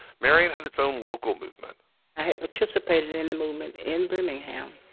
marion had its own local movement i had participated in the movement in birmingham.